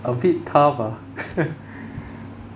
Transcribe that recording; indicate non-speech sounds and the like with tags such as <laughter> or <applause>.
a bit tough ah <laughs>